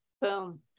Boom